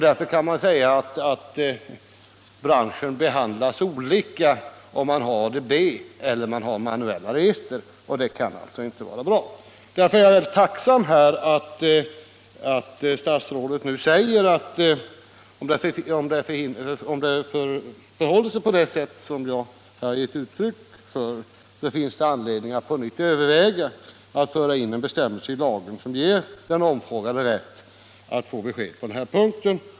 Därför kan man säga att företagen i branschen behandlas olika beroende på om man har ADB register eller manuella register, och det kan inte vara bra. Mot den bakgrunden är jag tacksam för att statsrådet nu säger att om det förhåller Om vissa ändringar sig på det sätt som jag har redogjort för i min interpellation så finns —; kreditupplysningsdet anledning att på nytt överväga att föra in en bestämmelse i lagen lagen som ger den omfrågade rätt att få besked på den här punkten.